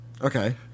Okay